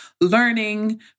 learning